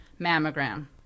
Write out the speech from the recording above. mammogram